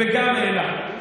וגם העלה את אחוז החסימה.